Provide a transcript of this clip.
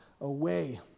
away